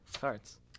cards